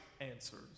answers